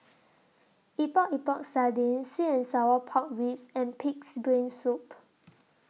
Epok Epok Sardin Sweet and Sour Pork Ribs and Pig'S Brain Soup